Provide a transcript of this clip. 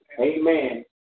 Amen